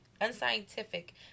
unscientific